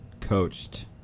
coached